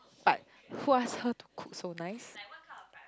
but who ask her to cook so nice